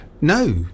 no